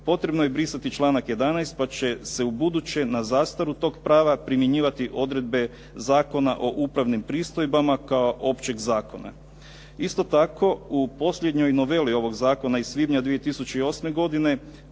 potrebno je brisati članak 11. pa će se u buduće na zastaru tog prava primjenjivati odredbe Zakona o upravnim pristojbama kao općeg zakona. Isto tako u posljednjoj noveli ovog zakona iz svibnja 2008. godine